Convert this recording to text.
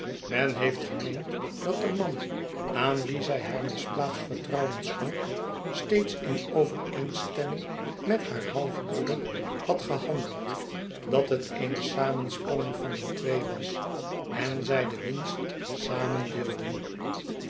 men heeft gemeend dat de man aan wien zij haar misplaatst vertrouwen schonk steeds in overeenstemming met haar halfbroeder had gehandeld dat het eene samenspanning van die twee was en zij de winst samen deelden